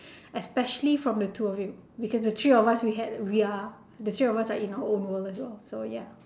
especially from the two of you because the three of us we had we are the three of us are in our own world as well so ya